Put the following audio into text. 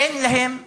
אין להם מים.